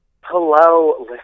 Hello